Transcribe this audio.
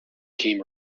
team